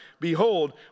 behold